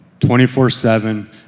24-7